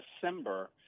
December